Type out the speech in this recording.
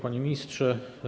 Panie Ministrze!